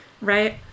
right